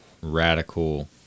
radical